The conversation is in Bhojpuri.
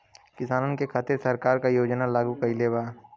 किसानन के खातिर सरकार का का योजना लागू कईले बा?